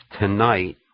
tonight